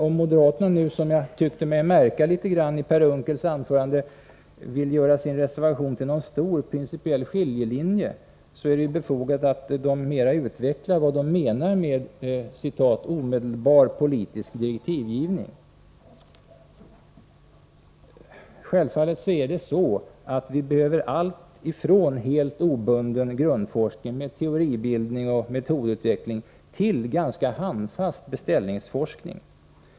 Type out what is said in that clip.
Om moderaterna vill, som jag tyckte mig märka litet av i Per Unckels anförande, göra sin reservation till någon stor principiell skiljelinje är det befogat att de mera utvecklar vad de menar med ”omedelbar politisk direktivgivning”. Självfallet behöver vi allt från obunden grundforskning med teoribildning och metodutveckling till ganska handfast beställningsforskning.